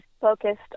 focused